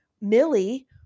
Millie